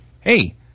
Hey